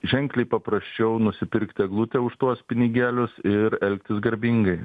ženkliai paprasčiau nusipirkti eglutę už tuos pinigėlius ir elgtis garbingai